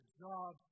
job